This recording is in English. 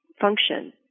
function